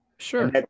Sure